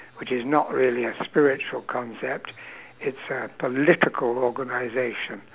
which is not really a spiritual concept it's a political organisation